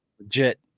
legit